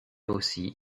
aussi